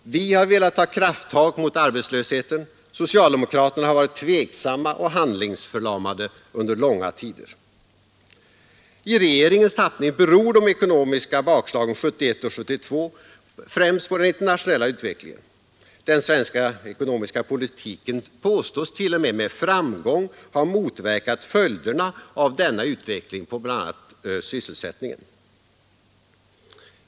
Vi har velat ta krafttag mot arbetslösheten, socialdemokraterna har varit tveksamma och handlingsförlamade under långa tider. I regeringens tappning beror de ekonomiska bakslagen 1971 och 1972 främst på den internationella utvecklingen. Den svenska ekonomiska politiken påstås t.o.m. med framgång ha motverkat följderna av denna utveckling på bl.a. sysselsättningen.